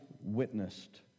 witnessed